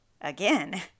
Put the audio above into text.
again